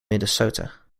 minnesota